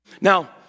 Now